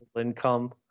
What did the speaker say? income